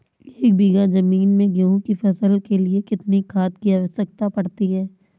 एक बीघा ज़मीन में गेहूँ की फसल के लिए कितनी खाद की आवश्यकता पड़ती है?